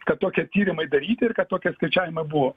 kad tokie tyrimai daryti ir kad tokie skaičiavimai buvo